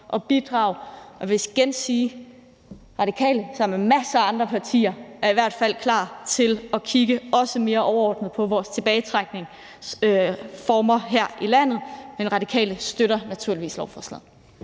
at bidrage. Og jeg vil igen sige: Radikale er som en masse andre partier i hvert fald klar til også at kigge mere overordnet på vores tilbagetrækningsformer her i landet. Men Radikale støtter naturligvis lovforslaget.